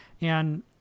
And-